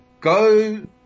go